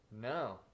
No